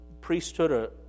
priesthood